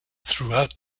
throughout